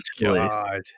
god